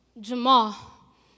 Jamal